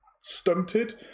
stunted